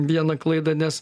vieną klaidą nes